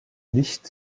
nicht